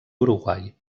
uruguai